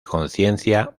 conciencia